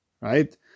right